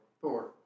Thor